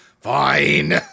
Fine